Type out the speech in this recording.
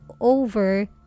over